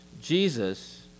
Jesus